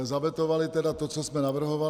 Zavetovali tedy to, co jsme navrhovali.